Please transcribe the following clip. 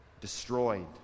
destroyed